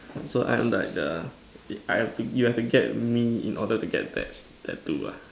so I'm like the I have to you have to get me in order to get that tattoo ah